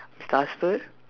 the husband